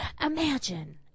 Imagine